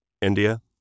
India